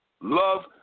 Love